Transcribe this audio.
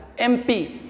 MP